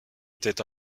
étant